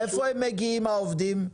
מאיפה הם מגיעים, העובדים?